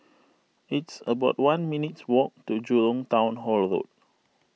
it's about one minutes' walk to Jurong Town Hall Road